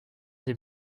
des